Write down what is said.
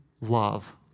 love